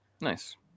Nice